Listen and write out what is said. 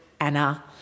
Anna